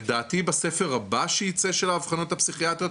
לדעתי בספר הבא שייצא של האבחנות הפסיכיאטריות,